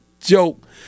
joke